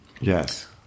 Yes